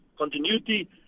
continuity